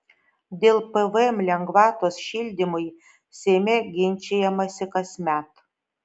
dėl pvm lengvatos šildymui seime ginčijamasi kasmet